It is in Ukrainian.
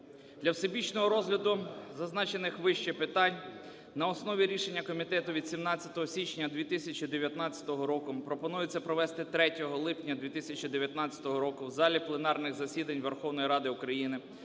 Для всебічного розгляду зазначених вище питань на основі рішення комітету від 17 січня 2019 року пропонується провести 3 липня 2019 року в залі пленарних засідань Верховної Ради України